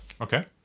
Okay